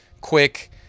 quick